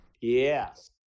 Yes